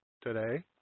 today